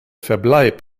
verbleib